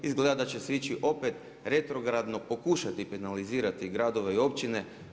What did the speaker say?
Izgleda da će se ići opet retrogradno pokušati penalizirati gradove i općine.